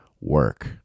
work